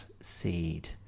seed